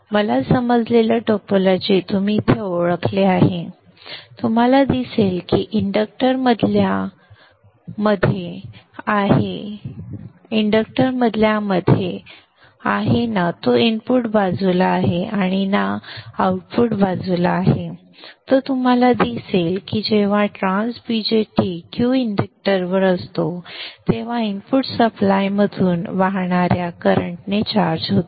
मला समजलेलं टोपोलॉजी तुम्ही इथे ओळखले आहे तुम्हाला दिसेल की इंडक्टर मधल्या मध्ये आहे ना तो इनपुट बाजूला आहे आणि ना आउटपुट बाजूला आहे तुम्हाला दिसेल की जेव्हा ट्रान्स BJT Q इंडक्टरवर असतो तेव्हा इनपुट सप्लायमधून वाहणाऱ्या करंटने चार्ज होतो